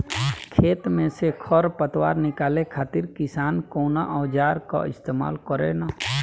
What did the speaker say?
खेत में से खर पतवार निकाले खातिर किसान कउना औजार क इस्तेमाल करे न?